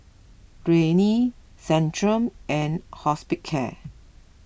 Rene Centrum and Hospicare